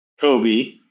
Kobe